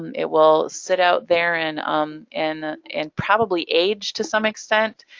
um it will sit out there and um and and probably age to some extent.